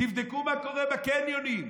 תבדקו מה קורה בקניונים,